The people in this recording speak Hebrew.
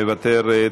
מוותרת,